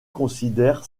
considèrent